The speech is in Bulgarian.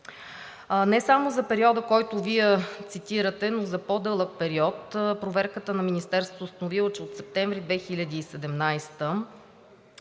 Не само за периода, който Вие цитирате, но за по-дълъг период проверката на Министерството е установила, че от септември 2017